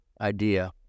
idea